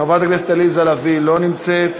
חברת הכנסת עליזה לביא, לא נמצאת.